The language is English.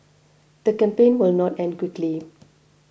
the campaign will not end quickly